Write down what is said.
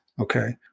Okay